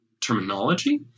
terminology